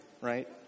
right